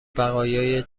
بقایای